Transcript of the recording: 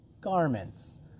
garments